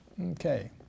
Okay